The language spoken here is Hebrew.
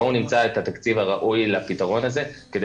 בואו נמצא את התקציב הראוי לפתרון הזה כדי